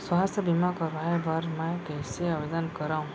स्वास्थ्य बीमा करवाय बर मैं कइसे आवेदन करव?